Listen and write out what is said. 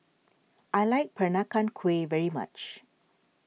I like Peranakan Kueh very much